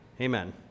Amen